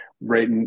right